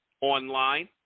online